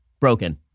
broken